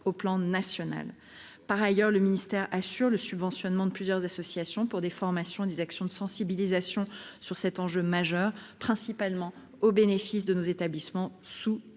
national. Par ailleurs, le ministère assure le subventionnement de plusieurs associations pour des formations et des actions de sensibilisation sur cet enjeu majeur, au bénéfice des établissements sous